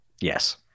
Yes